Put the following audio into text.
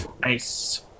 Nice